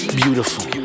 beautiful